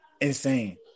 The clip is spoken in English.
insane